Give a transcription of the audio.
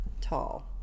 Tall